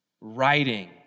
writing